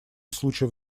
случаев